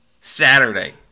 Saturday